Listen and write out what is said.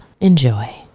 Enjoy